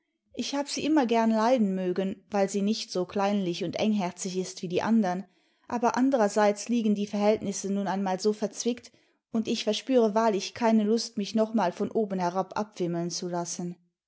ich hab sie immer gern leiden mögen weil sie nicht so kleinlich und engherzig ist wie die andern aber andererseits liegen die verhältnisse nun einmal so verzwickt und ich verspüre wahrlich keine lust mich nochmal von oben herab abwimmeln zu lassen